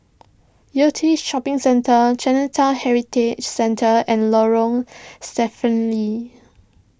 Yew Tee Shopping Centre Chinatown Heritage Centre and Lorong Stephen Lee